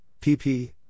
pp